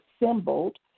assembled